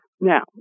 Now